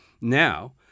Now